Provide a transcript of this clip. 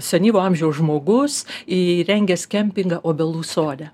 senyvo amžiaus žmogus įrengęs kempingą obelų sode